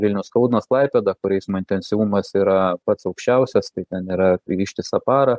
vilnius kaunas klaipėda kur eismo intensyvumas yra pats aukščiausias tai ten yra ištisą parą